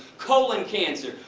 colon cancer,